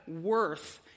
worth